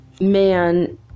man